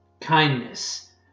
kindness